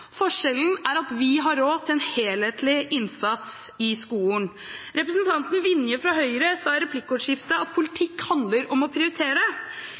Forskjellen er at vi har råd til en helhetlig innsats i skolen. Representanten Vinje fra Høyre sa i replikkordskiftet at politikk handler om å prioritere.